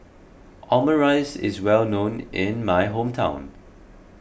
Omurice is well known in my hometown